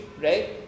right